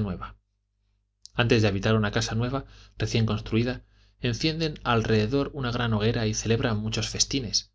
nueva antes de habitar una casa nueva recién construida encienden alrededor una gran hoguera y celebran muchos festines